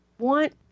Want